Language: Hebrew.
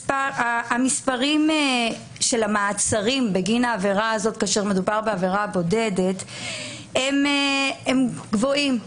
המספרים של המעצרים בגין העבירה הזאת כעבירה בודדת הם מספרים גבוהים,